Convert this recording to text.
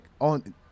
on